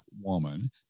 woman